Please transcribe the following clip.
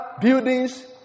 Buildings